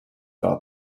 got